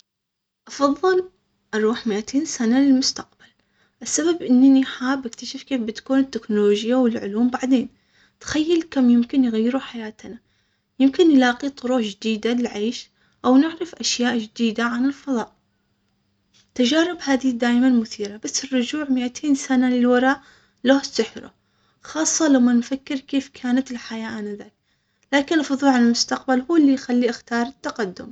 أفضل اروح مائتين سنة للمستقبل السبب اني حابة اكتشف كيف بتكون التكنولوجيا والعلوم بعدين تخيل كم يمكن يغيروا حياتنا يمكن نلاقي طروح جديدة للعيش او نعرف أشياء جديدة عن الفضاء تجارب حديث دايما مثيرة بس الرجوع ميتين سنة للوراء له سحره خاصة لما نفكر كيف كانت الحياة أنذاك لكن الفضل على المستقبل هو اللي يخلي اختار التقدم.